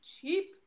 cheap